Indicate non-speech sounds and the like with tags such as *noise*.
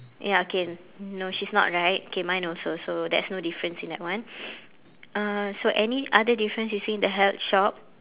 ya okay no she's not right okay mine also so there's no difference in that one *noise* uh so any other difference you see in the health shop